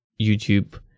YouTube